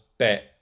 bet